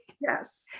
Yes